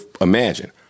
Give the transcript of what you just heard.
imagine